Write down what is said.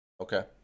Okay